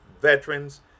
veterans